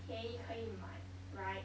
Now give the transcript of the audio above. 便宜可以买 right